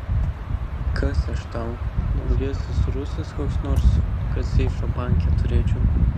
kas aš tau naujasis rusas koks nors kad seifą banke turėčiau